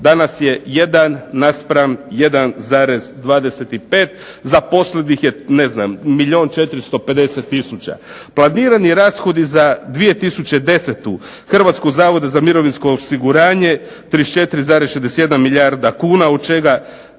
je ne znam milijun 450000. Planirani rashodi za 2010. Hrvatskog zavoda za mirovinsko osiguranje 34,61 milijarda kuna od čega